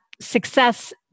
Success